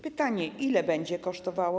Pytania: Ile będzie to kosztowało?